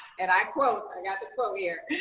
and i quote. i got the quote here.